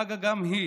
פגה גם כן היא